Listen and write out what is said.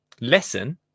lesson